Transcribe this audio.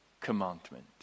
commandment